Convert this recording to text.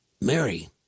Mary